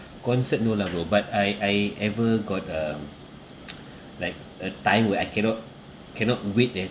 concert no lah bro but I I ever got a like a time where I cannot cannot wait eh